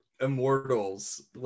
immortals